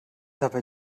dabei